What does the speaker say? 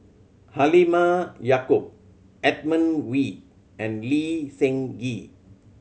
Halimah Yacob Edmund Wee and Lee Seng Gee